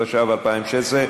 התשע"ו 2016,